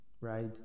right